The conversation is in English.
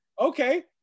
okay